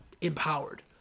empowered